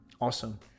Awesome